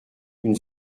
une